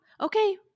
okay